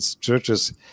churches